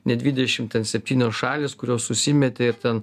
ne dvidešim ten septynios šalys kurios susimetė ir ten